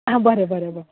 हा बरें बरें गो